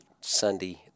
Sunday